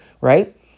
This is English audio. right